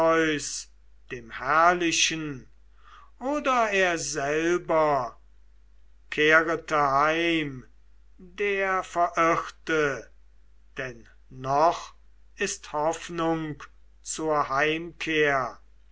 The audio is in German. dem herrlichen oder er selber kehrete heim der verirrte denn noch ist hoffnung zur heimkehr